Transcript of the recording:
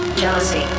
Jealousy